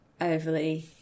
overly